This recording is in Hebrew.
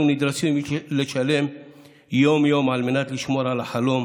נדרשים לשלם יום-יום על מנת לשמור על החלום